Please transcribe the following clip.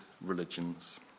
religions